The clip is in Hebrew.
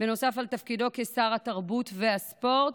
נוסף על תפקידו כשר התרבות והספורט,